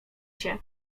się